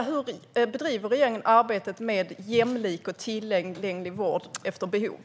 Hur bedriver regeringen arbetet med jämlik och tillgänglig vård efter behov?